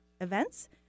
events